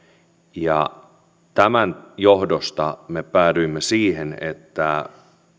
tämän johdosta me päädyimme siihen että